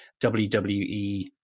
WWE